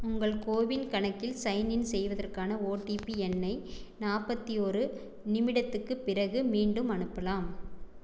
உங்கள் கோவின் கணக்கில் sign in செய்வதற்கான ஓடிபி எண்ணை நாற்பத்தி ஒரு நிமிடத்துக்குப் பிறகு மீண்டும் அனுப்பலாம்